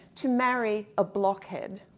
to marry a blockhead.